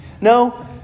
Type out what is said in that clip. No